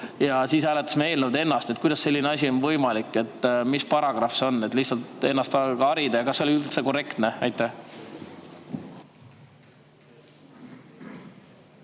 ja siis hääletasime eelnõu ennast. Kuidas selline asi on võimalik, mis paragrahv see on – et lihtsalt ennast harida – ja kas see oli üldse korrektne? Aitäh,